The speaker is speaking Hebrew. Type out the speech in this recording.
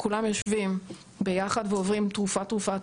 כולם יושבים ביחד ועוברים תרופה-תרופה,